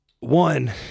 One